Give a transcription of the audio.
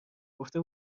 گفته